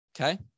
okay